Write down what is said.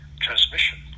transmission